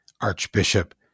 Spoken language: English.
Archbishop